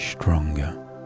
stronger